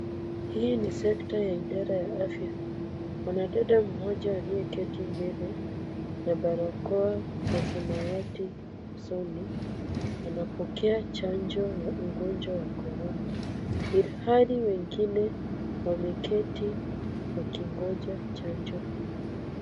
Hii ni sekta ya idara ya afya. Mwanadada mmoja aliyeketi mbele na barakoa ya samawati usoni anapokea chanjo ya ugonjwa wa korona ilhali wengine wameketi wakingoja chanjo hiyo.